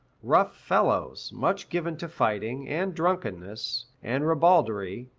rough fellows, much given to fighting, and drunkenness, and ribaldry,